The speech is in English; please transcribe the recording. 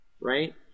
right